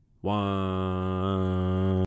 one